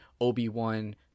Obi-Wan